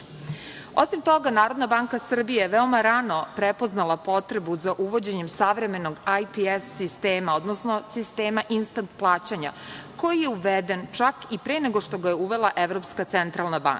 toga, NBS je veoma rano prepoznala potrebu za uvođenjem savremenog IPS sistema, odnosno sistema instant plaćanja, koji je uveden čak i pre nego što ga je uvela Evropska centralna banka.U